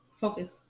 Focus